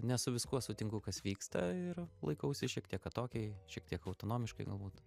ne su viskuo sutinku kas vyksta ir laikausi šiek tiek atokiai šiek tiek autonomiškai galbūt